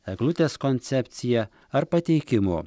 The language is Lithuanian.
eglutės koncepcija ar pateikimo